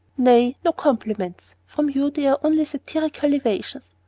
nay, no compliments from you they are only satirical evasions.